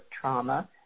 trauma